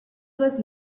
was